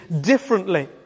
differently